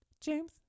James